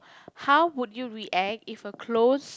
how would you react if a close